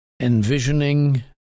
envisioning